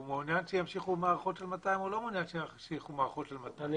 הוא מעוניין שימשיכו מערכות של 200